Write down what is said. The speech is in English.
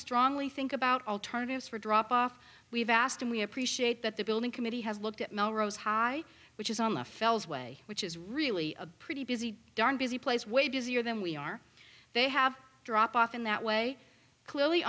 strongly think about alternatives for drop off we've asked and we appreciate that the building committee has looked at melrose high which is on the fells way which is really a pretty busy darn busy place way busier than we are they have dropped off in that way clearly